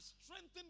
strengthened